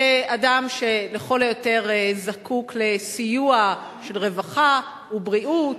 כאל אדם שלכל היותר זקוק לסיוע של רווחה ובריאות,